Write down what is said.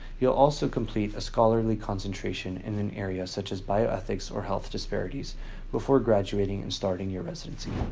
you'll also complete a scholarly concentration in an area such as bioethics or health disparities before graduating and starting your residency.